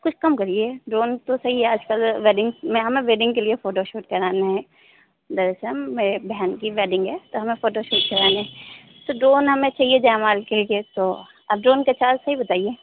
कुछ कम करिए ड्रोन तो सही है आजकल वेडिंग्स में हमें वेडिंग के लिए फोटोशूट कराना है दरअसल मेरी बहन की वेडिंग है तो हमें फोटोशूट कराने हैं तो ड्रोन हमें चाहिए जयमाल के लिए तो अब ड्रोन का प्राइज़ सही बताइए